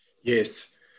yes